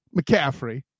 McCaffrey